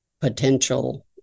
potential